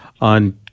on